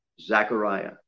Zechariah